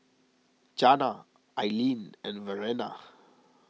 Janna Ailene and Verena